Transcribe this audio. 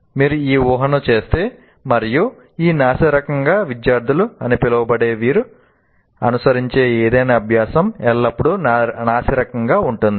మీరు ఆ ఊహను చేస్తే మరియు ఈ నాసిరకం విద్యార్థులు అని పిలవబడే వీరు అనుసరించే ఏదైనా అభ్యాసం ఎల్లప్పుడూ నాసిరకం గా ఉంటుంది